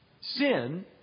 Sin